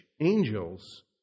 angels